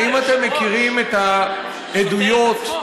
האם אתם מכירים את העדויות של,